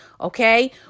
okay